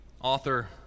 author